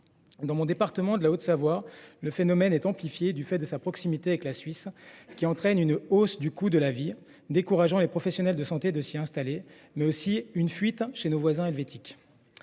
Dans mon département de la Haute-Savoie, le phénomène est amplifié du fait de la proximité avec la Suisse, qui entraîne une hausse du coût de la vie décourageant les professionnels de santé à s'y installer, mais aussi une fuite chez nos voisins helvétiques.